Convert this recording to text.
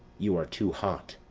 you are too hot.